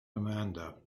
amanda